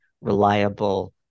reliable